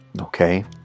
okay